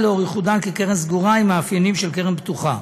לאור ייחודן כקרן סגורה עם מאפיינים של קרן פתוחה.